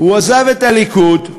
הוא עזב את הליכוד,